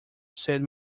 said